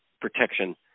protection